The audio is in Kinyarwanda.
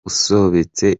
usobetse